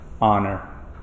honor